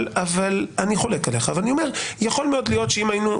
אני חולק עליך ואני אומר: יכול מאוד להיות שאותה